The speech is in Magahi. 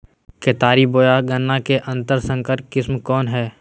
केतारी बोया गन्ना के उन्नत संकर किस्म कौन है?